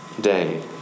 day